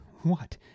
What